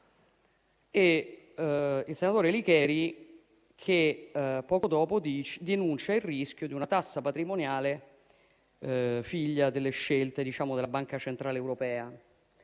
Il senatore Licheri, poco dopo, ha denunciato il rischio di una tassa patrimoniale figlia delle scelte della Banca centrale europea.